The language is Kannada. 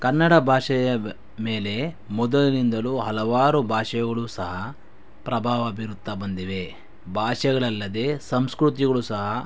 ಕನ್ನಡ ಭಾಷೆಯ ಬ ಮೇಲೆ ಮೊದಲಿನಿಂದಲೂ ಹಲವಾರು ಭಾಷೆಗಳು ಸಹ ಪ್ರಭಾವ ಬೀರುತ್ತಾ ಬಂದಿವೆ ಭಾಷೆಗಳಲ್ಲದೆ ಸಂಸ್ಕೃತಿಗಳು ಸಹ